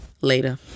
Later